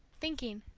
thinking,